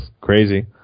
crazy